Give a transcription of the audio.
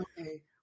okay